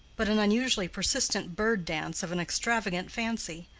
but an unusually persistent bird-dance of an extravagant fancy,